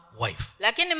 wife